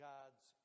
God's